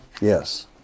Yes